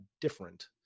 different